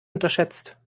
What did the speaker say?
unterschätzt